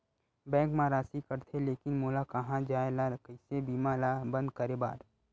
Bank मा राशि कटथे लेकिन मोला कहां जाय ला कइसे बीमा ला बंद करे बार?